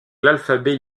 l’alphabet